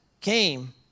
came